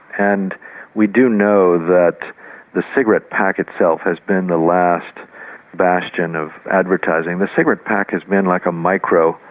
and we do know that the cigarette pack itself has been the last bastion of advertising. the cigarette pack has been like a micro-ad,